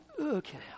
okay